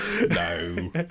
No